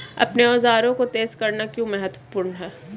अपने औजारों को तेज करना क्यों महत्वपूर्ण है?